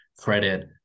credit